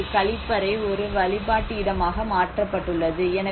இங்கு ஒரு கழிப்பறை ஒரு வழிபாட்டு இடமாக மாற்றப்பட்டுள்ளது